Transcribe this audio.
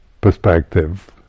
perspective